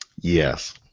Yes